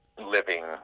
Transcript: living